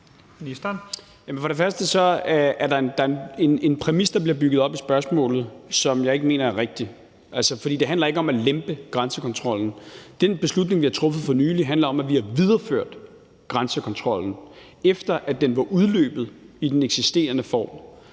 For det første bliver der bygget en præmis op i spørgsmålet, som jeg ikke mener er rigtig. For det handler ikke om at lempe grænsekontrollen. Den beslutning, vi har truffet for nylig, handler om, at vi har videreført grænsekontrollen, efter at den var udløbet i den eksisterende form.